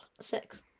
six